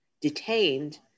detained